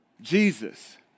Jesus